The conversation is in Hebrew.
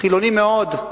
חילוני מאוד: